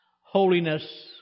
holiness